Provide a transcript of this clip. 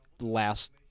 last –